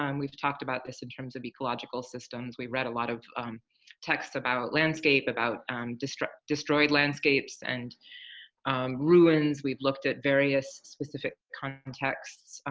um we've talked about this in terms of ecological systems, we read a lot of texts about landscape, about destroyed destroyed landscapes and ruins. we've looked at various specific contexts,